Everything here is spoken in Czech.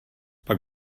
pak